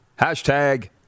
Hashtag